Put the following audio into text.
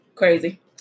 Crazy